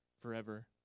forever